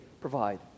provide